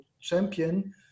champion